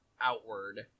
outward